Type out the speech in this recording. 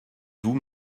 vous